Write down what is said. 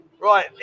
Right